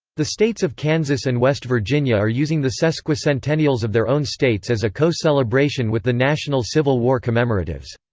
the states of kansas and west virginia are using the sesquicentennials of their own states as a co-celebration with the national civil war commemoratives.